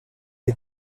est